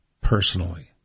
personally